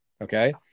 Okay